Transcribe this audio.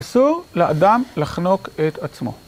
אסור לאדם לחנוק את עצמו.